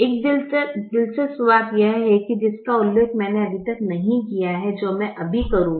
एक दिलचस्प बात यह भी है जिसका उल्लेख मैंने अभी तक नहीं किया है जो मैं अभी करूंगा